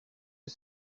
you